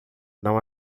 não